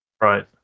Right